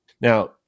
Now